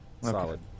Solid